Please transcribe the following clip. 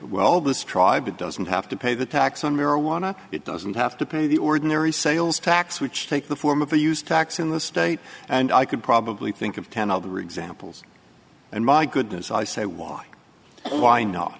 well this tribe that doesn't have to pay the tax on marijuana it doesn't have to pay the ordinary sales tax which take the form of the use tax in the state and i could probably think of ten other examples and my goodness i say why why no